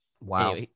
wow